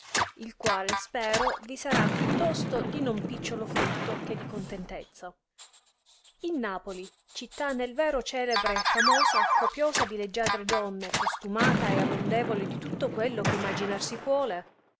il quale spero vi sarà più tosto di non picciolo frutto che di contentezza in napoli città nel vero celebre e famosa copiosa di leggiadre donne costumata e abondevole di tutto quello che imaginar si puole